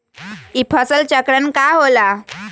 ई फसल चक्रण का होला?